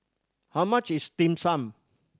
how much is Dim Sum